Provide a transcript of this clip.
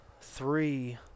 three